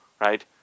right